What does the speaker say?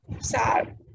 sad